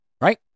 right